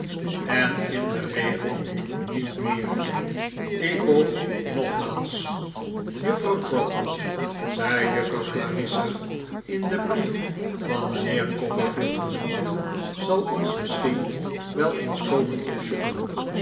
en in den regel niet meer ik boog nogmaals juffrouw trotwood zei juffrouw clarissa in den brief van mijnheer copperfield genoemd zal ons misschien wel eens komen opzoeken